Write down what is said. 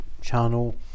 channel